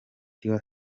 tiwa